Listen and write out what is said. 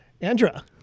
Andra